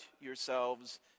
yourselves